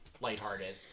lighthearted